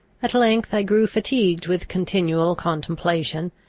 at length i grew fatigued with continual contemplation,